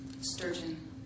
Sturgeon